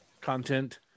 content